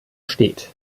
steht